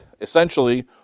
Essentially